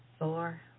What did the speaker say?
four